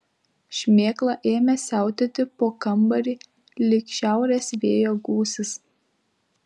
šmėkla ėmė siautėti po kambarį lyg šiaurės vėjo gūsis